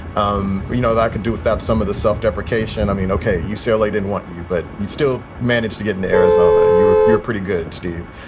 um you know, that could do with that. some of the self deprecation. i mean, ok. ucla so like didn't want you, but you still managed to get in arizona. you you're pretty good, steve.